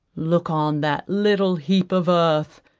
look on that little heap of earth,